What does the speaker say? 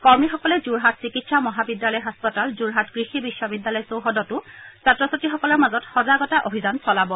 কৰ্মীসকলে যোৰহাট চিকিৎসা মহাবিদ্যালয় হাস্পতাল যোৰহাট কৃষি বিশ্ববিদ্যালয় চৌহদতো ছাত্ৰ ছাত্ৰীসকলৰ মাজত সজাগতা অভিযান চলাব